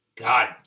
God